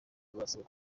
barasabwa